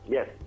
Yes